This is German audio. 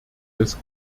des